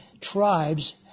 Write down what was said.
tribes